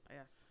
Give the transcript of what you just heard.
yes